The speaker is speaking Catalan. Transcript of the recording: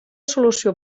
solució